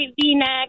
v-neck